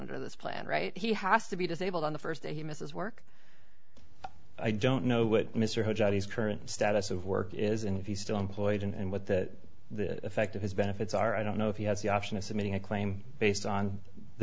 this plan right he has to be disabled on the first day he misses work i don't know what mr current status of work is and if he's still employed and what that the effect of his benefits are i don't know if he has the option of submitting a claim based on the